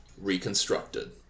Reconstructed